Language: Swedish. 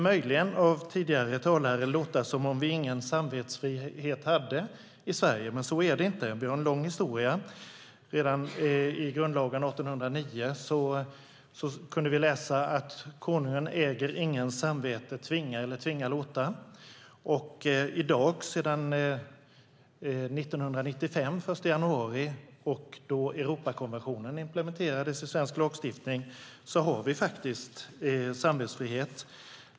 Möjligen kan det på tidigare talare låta som om vi inte har någon samvetsfrihet i Sverige. Så är det inte. Vi har en lång historia i det avseendet. Redan i grundlagen från år 1809 kunde man läsa att "Konungen äger ingens samvete tvinga eller tvinga låta". Sedan den 1 januari 1995 då Europakonventionen implementerades i svensk lagstiftning har vi samvetsfrihet.